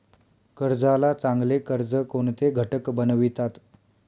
कर्जाला चांगले कर्ज कोणते घटक बनवितात?